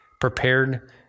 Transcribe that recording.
prepared